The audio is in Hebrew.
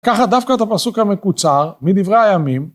ככה דווקא את הפסוק המקוצר מדברי הימים.